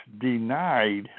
denied